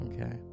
okay